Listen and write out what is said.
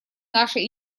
наши